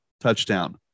touchdown